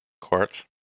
Quartz